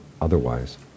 otherwise